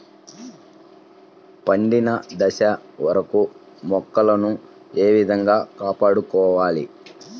పండిన దశ వరకు మొక్కలను ఏ విధంగా కాపాడుకోవాలి?